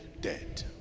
dead